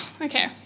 Okay